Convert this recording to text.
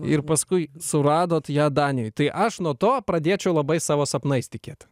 ir paskui suradot ją danijoj tai aš nuo to pradėčiau labai savo sapnais tikėti